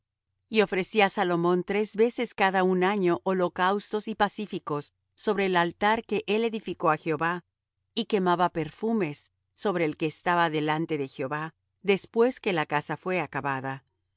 y ofrecía salomón tres veces cada un año holocaustos y pacíficos sobre el altar que él edificó á jehová y quemaba perfumes sobre el que estaba delante de jehová después que la casa fué acabada